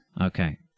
Okay